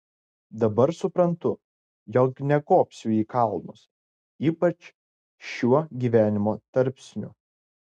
dabar suprantu jog nekopsiu į kalnus ypač šiuo gyvenimo tarpsniu